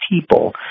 people